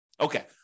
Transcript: Okay